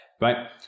Right